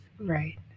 Right